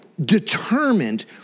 determined